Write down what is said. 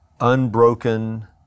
unbroken